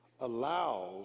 allows